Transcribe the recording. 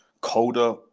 colder